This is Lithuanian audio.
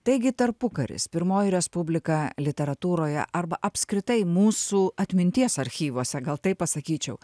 taigi tarpukaris pirmoji respublika literatūroje arba apskritai mūsų atminties archyvuose gal taip pasakyčiau